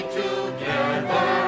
together